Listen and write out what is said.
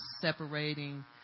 separating